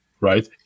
right